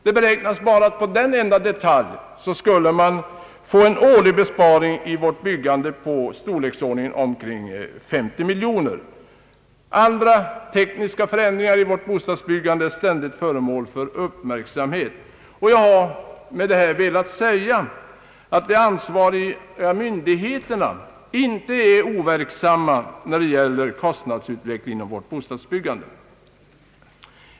Det beräknas att på denna enda detalj skulle det kunna göras en årlig besparing inom vårt byggande av omkring 50 miljoner kronor. Andra tekniska förändringar är ständigt föremål för uppmärksamhet, och jag har med detta velat säga att de ansvariga myndigheterna inte är overksamma när det gäller kostnadsutvecklingen inom bostadsbyggandet.